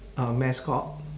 a mascot